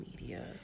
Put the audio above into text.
media